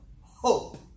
hope